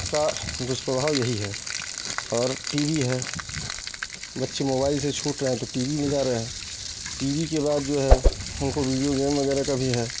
इसका दुष्प्रभाव यही है और टी बी है बच्चे मोबाइल से छूट रहे हैं तो टी बी में जा रहे हैं टी बी के बाद जो है उनको बीडीयो गेम वगैरह का भी है